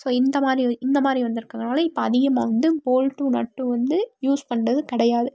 so இந்த மாதிரி இந்த மாதிரி வந்துருக்கறதனால் இப்போ அதிகமாக வந்து போல்ட்டும் நட்டும் வந்து யூஸ் பண்றது கிடையாது